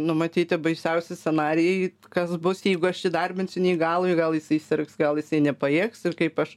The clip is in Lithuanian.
numatyti baisiausi scenarijai kas bus jeigu aš įdarbinsiu neįgalųjį gal jisai sirgs gal jisai nepajėgs ir kaip aš